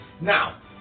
Now